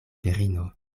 virino